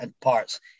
parts